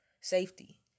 safety